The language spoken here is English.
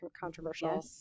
controversial